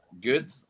good